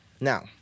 Now